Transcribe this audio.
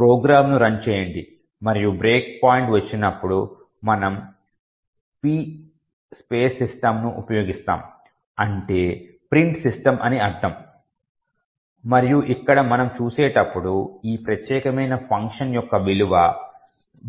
ప్రోగ్రామ్ను రన్ చేయండి మరియు బ్రేక్ పాయింట్ వచ్చినప్పుడు మనము p systemను ఉపయోగిస్తాము అంటే ప్రింట్ సిస్టమ్ అని అర్ధం మరియు ఇక్కడ మనం చూసేటప్పుడు ఈ ప్రత్యేకమైన విషయం యొక్క విలువ